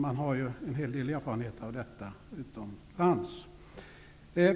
Man har erfarenheter av detta utomlands.